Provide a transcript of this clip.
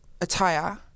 attire